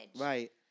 Right